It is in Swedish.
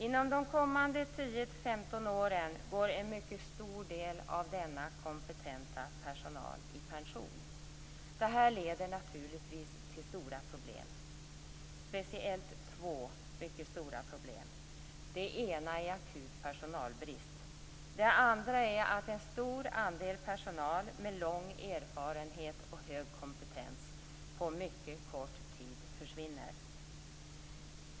Inom de kommande 10-15 åren går en mycket stor del av denna kompetenta personal i pension. Detta leder naturligtvis till stora problem, speciellt två problem. Det ena är akut peronalbrist. Det andra är att en stor andel personal med lång erfarenhet och hög kompetens på mycket kort tid försvinner.